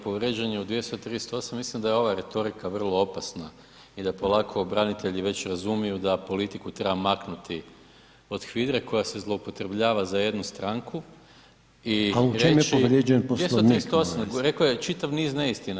Povrijeđen je u 238. mislim da je ova retorika vrlo opasna i da polako branitelji već razumiju da politiku treba maknuti od HVIDRA-e koja se zloupotrebljava za jednu stranku [[Upadica Reiner: A u čemu je povrijeđen Poslovnik?]] 238., rekao je čitav niz neistina.